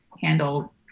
handle